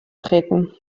treten